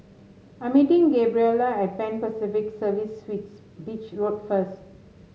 I'm meeting Gabriela at Pan Pacific Serviced Suites Beach Road first